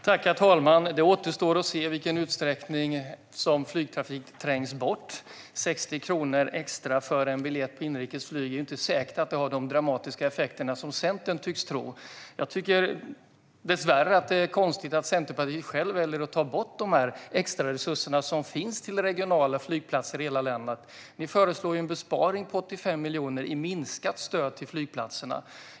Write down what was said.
Herr talman! Det återstår att se i vilken utsträckning som flygtrafik trängs bort. Det är inte säkert att 60 kronor extra för en biljett på inrikesflyget har de dramatiska effekter som Centern tycks tro. Jag tycker dessvärre att det är konstigt att Centerpartiet själva väljer att ta bort de extra resurser som finns till regionala flygplatser i hela landet. Ni föreslår ju en besparing på 85 miljoner i minskat stöd till flygplatserna.